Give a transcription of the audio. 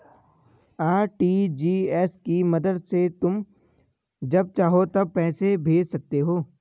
RTGS की मदद से तुम जब चाहो तब पैसे भेज सकते हो